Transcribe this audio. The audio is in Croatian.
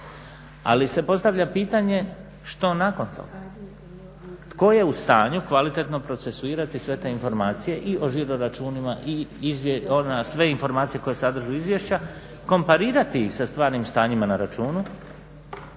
ali se postavlja pitanje što nakon toga? Tko je u stanju kvalitetno procesuirati sve te informacije i o žiro-računima i sve informacije koje sadrže izvješća? Komparirati ih sa stvarnim stanjima na računu,